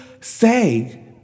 say